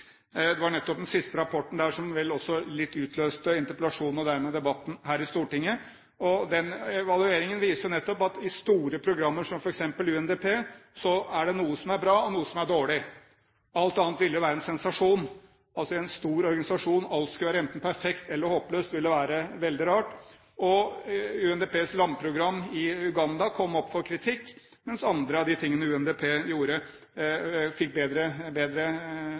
Det var vel nettopp litt den siste rapporten som utløste interpellasjonen, og dermed også debatten her i Stortinget. Den evalueringen viser jo nettopp at i store programmer som f.eks. UNDP er det noe som er bra, og noe som er dårlig. Alt annet ville jo vært en sensasjon. At alt enten skulle være perfekt eller håpløst i en stor organisasjon, ville vært veldig rart. UNDPs landprogram i Uganda kom opp for kritikk, mens andre av de tingene UNDP gjorde, fikk bedre